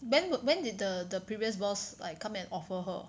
then would then did the the previous boss like come and offer her